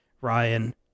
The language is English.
Ryan